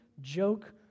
joke